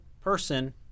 person